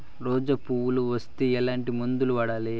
రోజా పువ్వులు వస్తే ఎట్లాంటి మందులు వాడాలి?